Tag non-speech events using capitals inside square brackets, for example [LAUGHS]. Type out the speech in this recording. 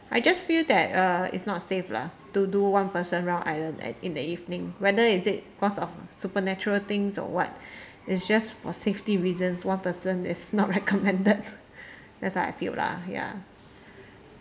I just feel that uh it's not safe lah to do one person round island at in the evening whether is it cause of supernatural things or what it's just for safety reasons one person is not recommended [LAUGHS] that's what I feel lah ya